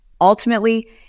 Ultimately